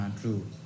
true